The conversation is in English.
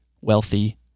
wealthy